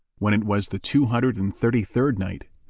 when it was the two hundred and thirty-third night,